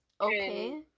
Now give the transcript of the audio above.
okay